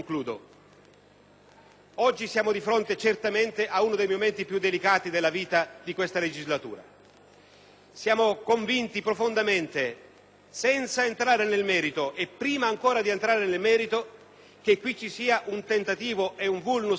oggi siamo di fronte certamente ad uno dei momenti più delicati della vita di questa legislatura. Siamo convinti profondamente, senza entrare nel merito e prima ancora di entrare nel merito, che vi sia qui un tentativo ed un *vulnus* gravissimo